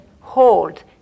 hold